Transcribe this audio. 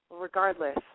Regardless